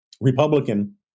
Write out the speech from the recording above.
Republican